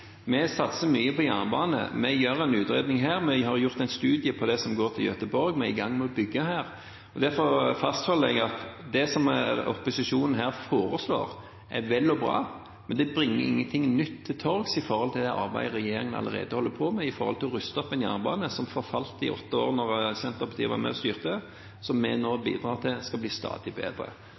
Vi satser mye på jernbane, vi gjør en utredning, vi har gjort en studie på det som går til Göteborg, og vi er i gang med å bygge. Derfor fastholder jeg at det som opposisjonen her foreslår, er vel og bra, men det bringer ingenting nytt til torgs når det gjelder det arbeidet som regjeringen allerede holder på med, når det kommer til det å ruste opp en jernbane som forfalt i åtte år, da Senterpartiet var med og styrte, og som vi nå bidrar til at skal bli stadig bedre.